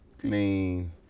clean